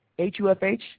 HUFH